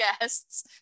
guests